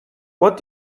what